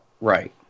Right